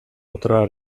potrà